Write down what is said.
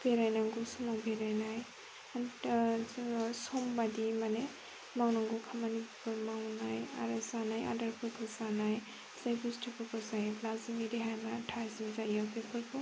बेरायनांगौ समाव बेरायनाय दा जोङो सम बायदियै माने मावनांगौ खामानिखौ मावनाय आरो जानाय आदारफोरखौ जानाय जाय बुस्थुफोरखौ जायोब्ला जोंनि देहाफ्रा थाजिम जायो बेफोरखौ